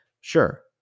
sure